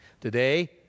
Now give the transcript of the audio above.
Today